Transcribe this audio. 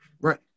Right